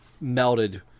melted